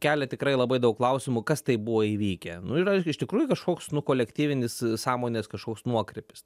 kelia tikrai labai daug klausimų kas tai buvo įvykę nu yra iš tikrųjų kažkoks nu kolektyvinis sąmonės kažkoks nuokrypis